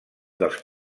dels